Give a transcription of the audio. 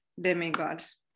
demigods